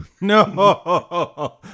No